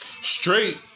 Straight